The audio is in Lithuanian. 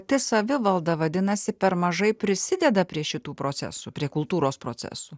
tai savivalda vadinasi per mažai prisideda prie šitų procesų prie kultūros procesų